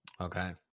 Okay